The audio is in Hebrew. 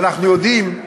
ואנחנו יודעים,